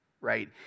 right